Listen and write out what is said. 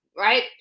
Right